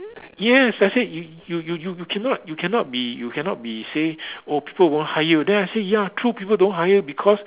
yes I said you you you cannot you cannot be you cannot be say oh people won't hire you true people don't hire you because